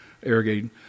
irrigating